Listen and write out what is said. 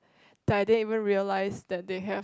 that I didn't even realise that they have